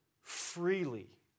freely